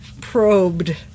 probed